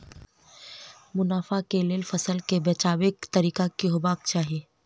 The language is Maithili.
मुनाफा केँ लेल फसल केँ बेचबाक तरीका की हेबाक चाहि?